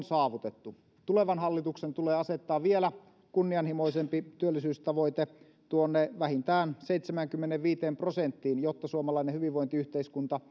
saavutettu tulevan hallituksen tulee asettaa vielä kunnianhimoisempi työllisyystavoite vähintään seitsemäänkymmeneenviiteen prosenttiin jotta suomalainen hyvinvointiyhteiskunta